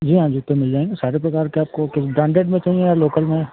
जी हाँ जूते मिल जाएँगे सारे प्रकार के आपको कैसे ब्राण्डेड में चाहिए या लोकल में